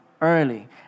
early